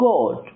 God